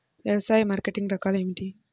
వ్యవసాయ మార్కెటింగ్ రకాలు ఏమిటి?